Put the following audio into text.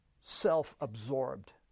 Self-absorbed